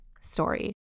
story